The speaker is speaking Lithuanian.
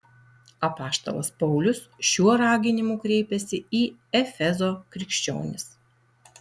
apaštalas paulius šiuo raginimu kreipiasi į efezo krikščionis